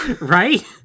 Right